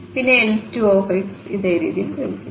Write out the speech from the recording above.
പിന്നെ L2xx2 x0 ലഭിക്കുന്നു